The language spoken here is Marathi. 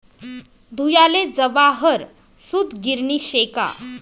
धुयाले जवाहर सूतगिरणी शे का